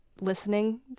listening